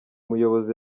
muyobozi